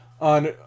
on